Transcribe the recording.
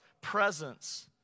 presence